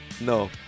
No